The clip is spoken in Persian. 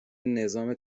نظام